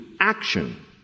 Action